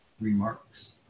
remarks